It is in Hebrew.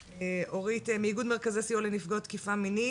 אורית מאיגוד המרכז לסיוע לנתקפות פגיעה מינית,